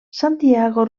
santiago